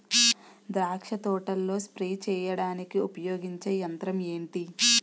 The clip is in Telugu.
ద్రాక్ష తోటలో స్ప్రే చేయడానికి ఉపయోగించే యంత్రం ఎంటి?